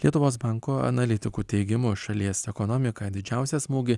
lietuvos banko analitikų teigimu šalies ekonomiką didžiausią smūgį